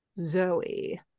Zoe